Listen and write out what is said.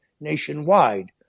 nationwide